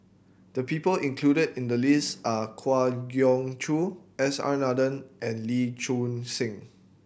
the people included in the list are Kwa Geok Choo S R Nathan and Lee Choon Seng